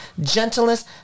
gentleness